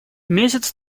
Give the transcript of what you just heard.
месяц